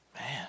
Man